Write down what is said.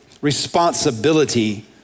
responsibility